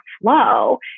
flow